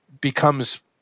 becomes